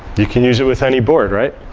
you can use it with any board, right?